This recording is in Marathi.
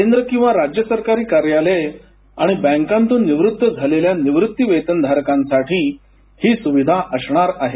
केंद्र किंवा राज्य सरकारी कार्यालये आणि बँकांतून निवृत्त झालेल्या निवृत्तीवेतनधारकांसाठी ही स्विधा असणार आहे